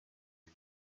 him